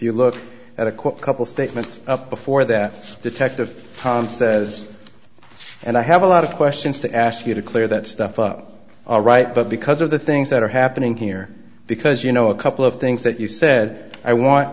you look at a quote couple statement up before that detective says and i have a lot of questions to ask you to clear that stuff up all right but because of the things that are happening here because you know a couple of things that you said i want